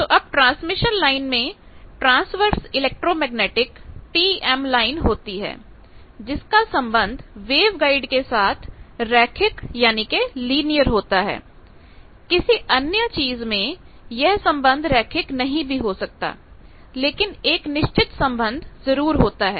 तो अब transmission line में ट्रांसवर्स इलेक्ट्रोमैग्नेटिक TM लाइन होती है जिसका संबंध वेवगाइड के साथ रेखिक होता है और किसी अन्य चीज में यह संबंध रेखिक नहीं भी हो सकता लेकिन एक निश्चित संबंध जरूर होता है